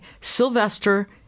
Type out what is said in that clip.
Sylvester